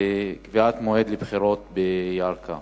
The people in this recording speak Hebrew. וקביעת מועד לבחירות בירכא.